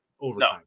overtime